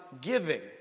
giving